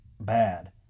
bad